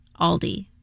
Aldi